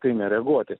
tai nereaguoti